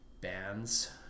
bands